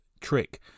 trick